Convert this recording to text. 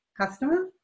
customer